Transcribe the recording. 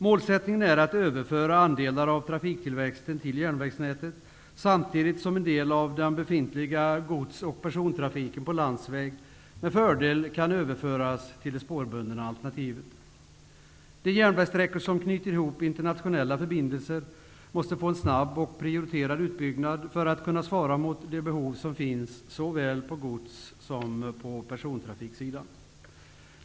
Målsättningen är att överföra andelar av trafiktillväxten till järnvägsnätet, samtidigt som en del av den befintliga gods och persontrafiken på landsväg med fördel kan överföras till det spårbundna alternativet. De järnvägssträckor som knyter ihop internationella förbindelser måste få en snabb och prioriterad utbyggnad för att kunna svara mot de behov som finns såväl på gods som på persontrafiksidan.